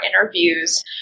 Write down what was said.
interviews